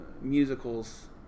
musicals